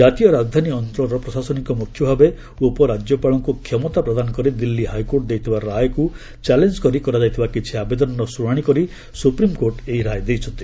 ଜାତୀୟ ରାଜଧାନୀ ଅଞ୍ଚଳର ପ୍ରଶାସନିକ ମୁଖ୍ୟ ଭାବେ ଉପରାଜ୍ୟପାଳଙ୍କୁ କ୍ଷମତା ପ୍ରଦାନ କରି ଦିଲ୍ଲୀ ହାଇକୋର୍ଟ ଦେଇଥିବା ରାୟକୁ ଚ୍ୟାଲେଞ୍ଜ କରି କରାଯାଇଥିବା କିଛି ଆବେଦନର ଶୁଣାଣି କରି ସୁପ୍ରିମକୋର୍ଟ ଏହି ରାୟ ଦେଇଛନ୍ତି